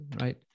right